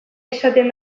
izaten